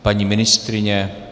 Paní ministryně?